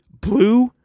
blue